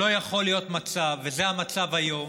לא יכול להיות מצב, וזה המצב היום,